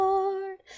Lord